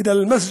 אל איזה מסגד?